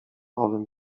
owym